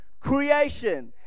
creation